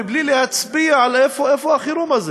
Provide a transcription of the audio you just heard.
מבלי להצביע על איפה החירום הזה.